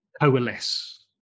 coalesce